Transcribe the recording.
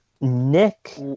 Nick